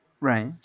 Right